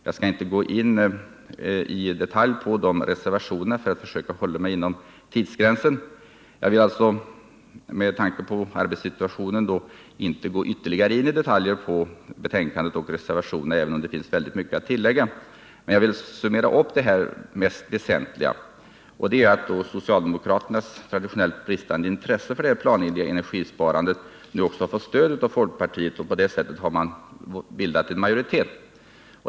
Jag skall emellertid försöka hålla mig inom tidsgränsen med tanke på arbetssituationen. Jag skall därför inte gå in på ytterligare detaljer när det gäller detta betänkande och de reservationer som är fogade vid detta, även om det finns väldigt mycket att tillägga. Jag vill dock summera det mest väsentliga. Socialdemokraternas traditionellt bristande intresse för ett 43 planenligt energisparande har nu fått stöd av folkpartiet, och på det sättet har de bildat en majoritet.